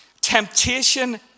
Temptation